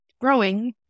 growing